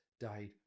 died